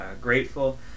grateful